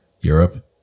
Europe